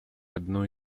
одной